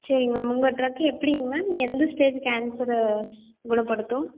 சேரிங்க மேம் உங்கள் டிரக்கு எப்டிங்க மேம் எந்த ஸ்டேஜ் கேன்சரை குணப்படுத்தும்